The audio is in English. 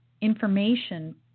information